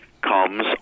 comes